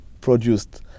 produced